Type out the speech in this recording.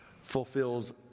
fulfills